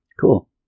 cool